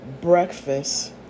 breakfast